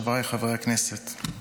חבריי חברי הכנסת,